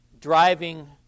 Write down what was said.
driving